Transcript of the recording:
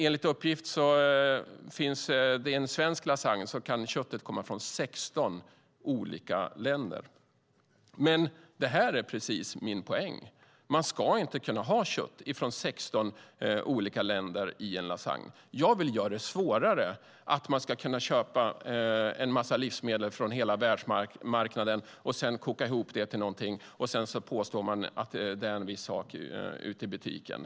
Enligt uppgift kan köttet i en svensk lasagne komma från 16 olika länder. Och det är precis min poäng. Man ska inte kunna ha kött från 16 olika länder i en lasagne. Jag vill göra det svårare att köpa en massa livsmedel från hela världsmarknaden, koka ihop det till någonting och sedan påstå att det är en viss sak ute i butiken.